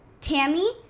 Tammy